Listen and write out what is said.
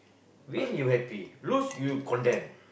win you happy lose you condemn